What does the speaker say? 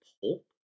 pulp